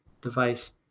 device